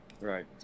Right